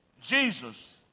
Jesus